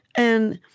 and